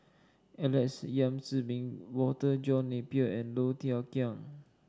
Alex Yam Ziming Walter John Napier and Low Thia Khiang